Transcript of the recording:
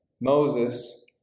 Moses